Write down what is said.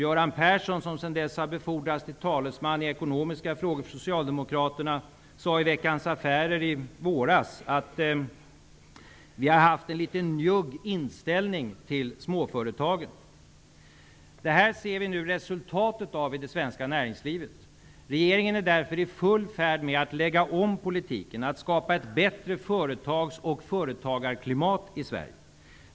Göran Persson, som sedan dess har befordrats till talesman för Socialdemokraterna i ekonomiska frågor sade i Veckans Affärer i våras: Vi har haft en litet njugg inställning till småföretagen. Det ser vi nu resultatet av i det svenska näringslivet. Regeringen är därför i full färd med att lägga om politiken, att skapa ett bättre företags och företagarklimat i Sverige.